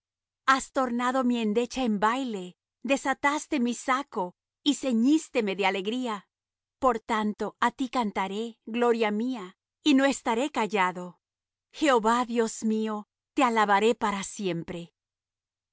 has tornado mi endecha en baile desataste mi saco y ceñísteme de alegría por tanto á ti cantaré gloria mía y no estaré callado jehová dios mío te alabaré para siempre